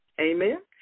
Amen